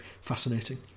fascinating